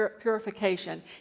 purification